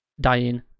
Dying